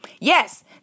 Yes